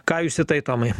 ką jūs tai tomai